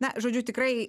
na žodžiu tikrai